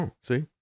See